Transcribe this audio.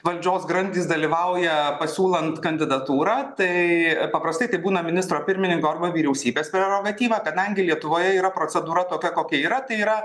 valdžios grandys dalyvauja pasiūlant kandidatūrą tai paprastai tai būna ministro pirmininko arba vyriausybės prerogatyva kadangi lietuvoje yra procedūra tokia kokia yra tai yra